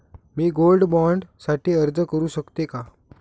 मी gold bond साठी अर्ज करु शकते का?